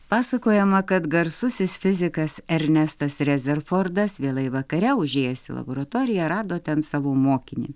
pasakojama kad garsusis fizikas ernestas rezerfordas vėlai vakare užėjęs į laboratoriją rado ten savo mokinį